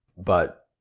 but.